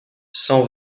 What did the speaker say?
cent